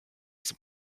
saab